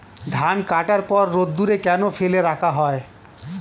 ধান কাটার পর রোদ্দুরে কেন ফেলে রাখা হয়?